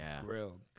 grilled